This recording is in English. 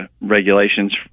regulations